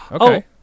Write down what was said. Okay